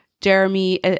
jeremy